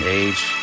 age